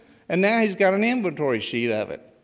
and now he's got an inventory sheet of it,